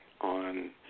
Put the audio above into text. on